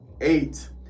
eight